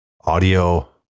Audio